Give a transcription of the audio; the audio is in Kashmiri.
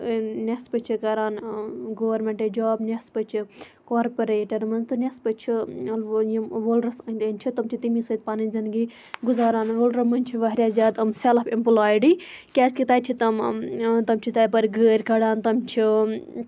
نٮ۪صپہٕ چھِ کران گورمیٚنٹ جاب نٮ۪صپہٕ چھِ کورپریٹَن مَنٛز تہٕ نٮ۪صپہٕ چھِ یِم وۄلرَس أنٛدۍ أنٛدۍ چھِ تِم چھِ تمی سۭتۍ پَنٕنۍ زِنٛدگی گُزاران روٗلرل مَنٛز چھِ واریاہ زیادٕ یِم سیٚلف ایٚمپلویڈی کیازکہِ تَتہِ چھِ تم تم چھِ تَتہِ پَتہٕ گٲرۍ کَڑان تِم چھِ